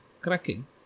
cracking